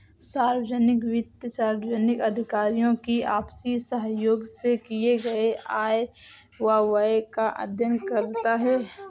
सार्वजनिक वित्त सार्वजनिक अधिकारियों की आपसी सहयोग से किए गये आय व व्यय का अध्ययन करता है